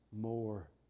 more